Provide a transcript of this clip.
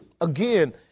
again